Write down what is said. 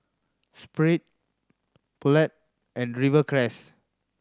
Sprit Poulet and Rivercrest